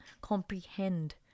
comprehend